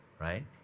right